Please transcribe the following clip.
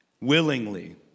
willingly